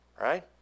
right